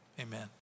Amen